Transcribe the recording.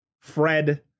Fred